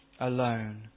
alone